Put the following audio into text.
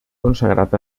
consagrat